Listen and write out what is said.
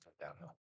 downhill